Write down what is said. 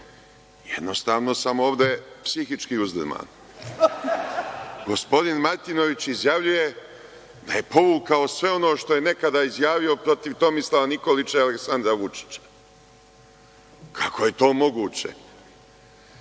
jednostavno sam ovde psihički uzdrman. Gospodin Martinović izjavljuje da je povukao sve ono što je nekada izjavio protiv Tomislava Nikolića i Aleksandra Vučića. Kako je to moguće?